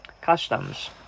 Customs